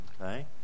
Okay